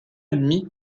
ennemi